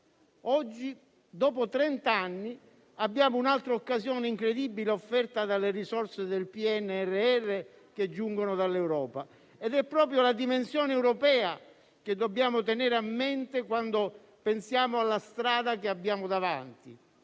Oggi, dopo trent'anni, abbiamo un'altra occasione incredibile offerta dalle risorse del PNRR che giungono dall'Europa. Ed è proprio la dimensione europea che dobbiamo tenere a mente quando pensiamo alla strada che abbiamo davanti.